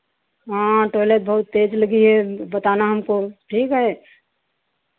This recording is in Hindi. हाँ टॉयलेट बहुत तेज़ लगी है बताना हमको ठीक है